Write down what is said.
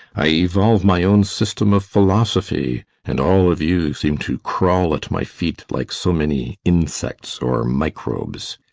i evolve my own system of philosophy and all of you seem to crawl at my feet like so many insects or microbes.